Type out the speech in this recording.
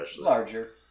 larger